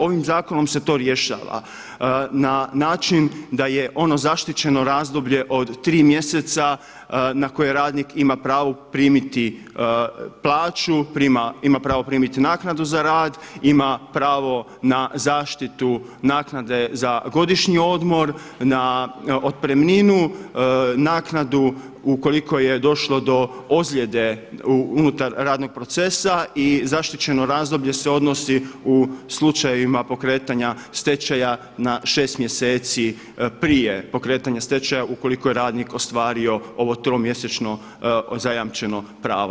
Ovim zakonom se to rješava na način da je ono zaštićeno razdoblje od tri mjeseca na koje radnik ima pravo primiti plaću, ima pravo primiti naknadu za rad, ima pravo na zaštitu naknade za godišnji odmor, na otpremninu, naknadu ukoliko je došlo do ozljede unutar radnog procesa i zaštićeno razdoblje se odnosi u slučajevima pokretanja stečaja na šest mjeseci prije pokretanja stečaja ukoliko je radnik ostvario ovo tromjesečno zajamčeno pravo.